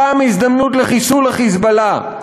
הפעם הזדמנות לחיסול ה"חיזבאללה".